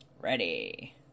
Ready